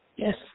Yes